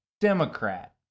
Democrat